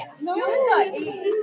No